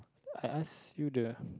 I ask you the